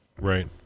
Right